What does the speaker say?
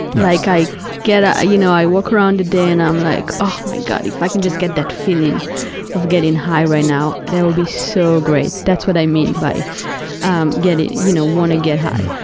like i get, ah you know, i walk around the day and i'm like, oh, my god, if i can just get that feeling of getting high right now, that would be so great, that's what i mean by um getting, you know, want to get high.